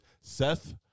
Seth